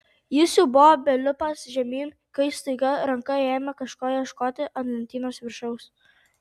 jis jau buvo belipąs žemyn kai staiga ranka ėmė kažko ieškoti ant lentynos viršaus